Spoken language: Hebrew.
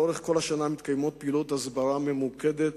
לאורך כל השנה מתקיימות פעילויות הסברה ממוקדות.